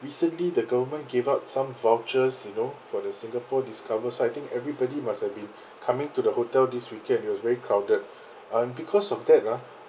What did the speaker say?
recently the government gave out some vouchers you know for the singapore discover so I think everybody must have been coming to the hotel this weekend it was very crowded uh because of that ah